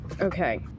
Okay